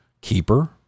keeper